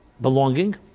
belonging